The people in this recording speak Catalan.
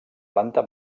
planta